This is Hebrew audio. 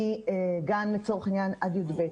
מגן לצורך העניין עד י"ב.